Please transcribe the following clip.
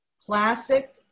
classic